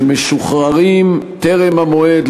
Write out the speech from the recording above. שמשוחררים טרם המועד,